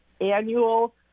annual